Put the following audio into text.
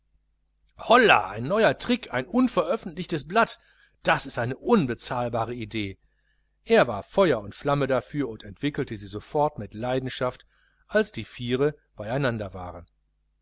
hollah ein neuer tric ein unöffentliches blatt das ist eine unbezahlbare idee er war feuer und flamme dafür und entwickelte sie sofort mit leidenschaft als die viere bei einander waren